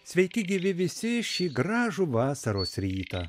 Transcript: sveiki gyvi visi šį gražų vasaros rytą